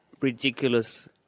Ridiculous